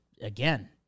again